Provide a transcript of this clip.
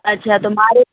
અચ્છા તો મારે